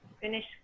Finish